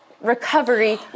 recovery